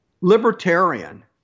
libertarian